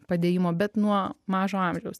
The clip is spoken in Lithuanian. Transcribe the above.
padėjimo bet nuo mažo amžiaus